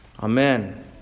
Amen